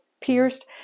pierced